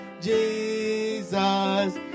Jesus